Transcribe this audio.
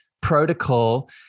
protocol